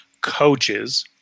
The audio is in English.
coaches